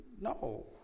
no